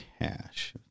cash